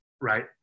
right